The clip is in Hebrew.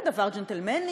הוא דבר ג'נטלמני,